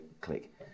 click